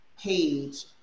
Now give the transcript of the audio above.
page